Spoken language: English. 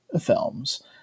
films